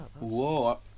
Whoa